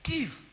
Give